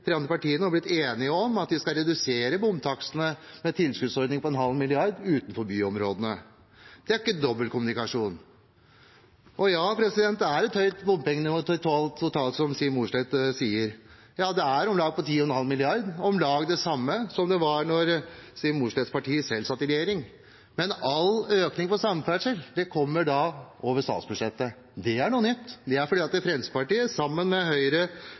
har også blitt enige med de andre tre partiene om at vi skal redusere bompengetakstene med en tilskuddsordning på en halv milliard kroner utenfor byområdene. Det er ikke dobbeltkommunikasjon. Og ja, det er et høyt bompengenivå, totalt, slik Siv Mossleth sier, det er på om lag 10,5 mrd. kr – om lag på det samme nivå som da Siv Mossleths parti satt i regjering. Men all økning på samferdsel kommer over statsbudsjettet. Det er noe nytt. Det er fordi Fremskrittspartiet, sammen med Høyre,